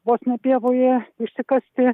vos ne pievoje išsikasti